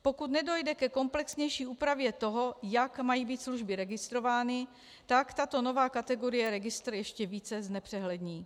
Pokud nedojde ke komplexnější úpravě toho, jak mají být služby registrovány, tak tato nová kategorie registr ještě více znepřehlední.